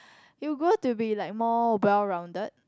you will grow to be like more well rounded